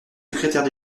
secrétaire